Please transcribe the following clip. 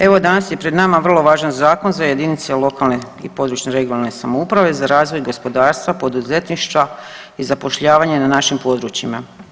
Evo danas je pred nama vrlo važan zakon za jedinice lokalne i područne (regionalne) samouprave za razvoj gospodarstva, poduzetništva i zapošljavanje na našim područjima.